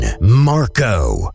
Marco